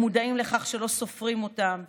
הם מודעים לכך שלא סופרים אותם,